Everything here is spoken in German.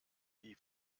die